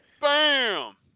Bam